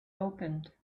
opened